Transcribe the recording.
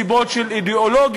סיבות של אידיאולוגיה,